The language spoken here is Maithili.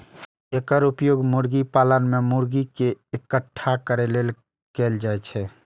एकर उपयोग मुर्गी पालन मे मुर्गी कें इकट्ठा करै लेल कैल जाइ छै